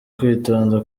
kwitonda